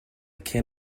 can